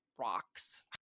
rocks